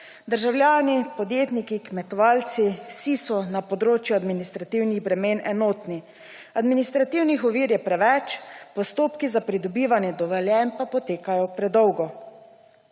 Državljani, podjetniki, kmetovalci, vsi so na področju administrativnih bremen enotni – administrativnih ovir je preveč, postopki za pridobivanje dovoljenj pa potekajo predolgo.